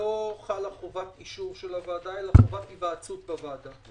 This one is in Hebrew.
לא חלה חובת אישור של הוועדה אלא חובת היוועצות בוועדה.